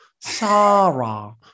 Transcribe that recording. Sarah